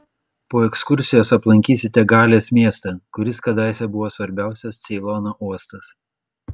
po ekskursijos aplankysite galės miestą kuris kadaise buvo svarbiausias ceilono uostas